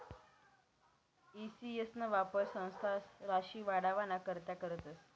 E C S ना वापर संस्था राशी वाढावाना करता करतस